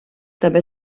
també